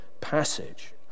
passage